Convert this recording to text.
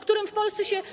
którym w Polsce jest źle.